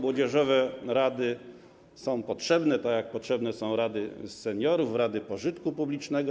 Młodzieżowe rady są potrzebne, tak jak potrzebne są rady seniorów, rady pożytku publicznego.